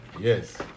Yes